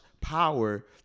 Power